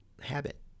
habit